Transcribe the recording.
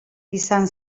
izan